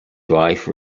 wife